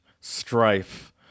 strife